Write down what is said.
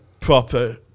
proper